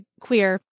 queer